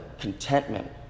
contentment